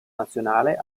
nazionale